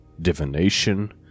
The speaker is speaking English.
divination